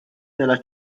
della